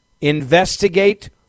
investigate